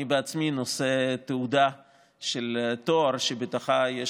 אני בעצמי נושא תעודה של תואר שבתוכו יש